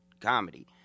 comedy